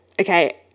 okay